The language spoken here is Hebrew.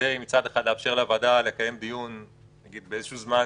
כדי מצד אחד לאפשר לוועדה לקיים דיון באיזשהו זמן